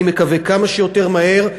אני מקווה כמה שיותר מהר.